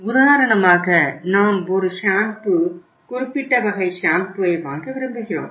உதாரணமாக நாம் ஒரு ஷாம்பு குறிப்பிட்ட வகை ஷாம்பூவை வாங்க விரும்புகிறோம்